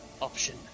option